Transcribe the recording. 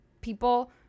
people